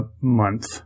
month